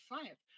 science